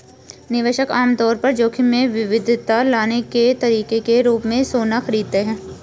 निवेशक आम तौर पर जोखिम में विविधता लाने के तरीके के रूप में सोना खरीदते हैं